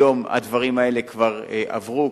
היום הדברים האלה כבר עברו.